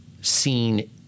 seen